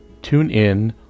TuneIn